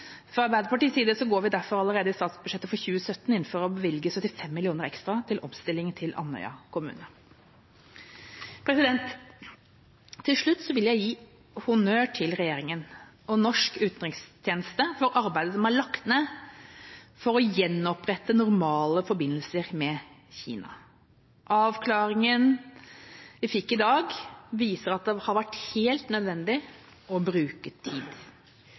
Fra Arbeiderpartiets side går vi derfor allerede i statsbudsjettet for 2017 inn for å bevilge 75 mill. kr ekstra til omstillinger til Andøy kommune. Til slutt vil jeg gi honnør til regjeringa og norsk utenrikstjeneste for arbeidet som er lagt ned for å gjenopprette normale forbindelser med Kina. Avklaringen vi fikk i dag, viser at det har vært helt nødvendig å bruke tid.